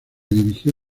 dirigió